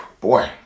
boy